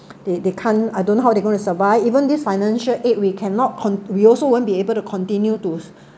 they they can't I don't know how they are going to survive even this financial aid we cannot cont~ we also won't be able to continue to